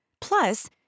Plus